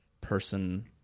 person